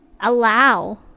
allow